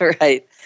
right